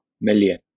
million